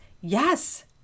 Yes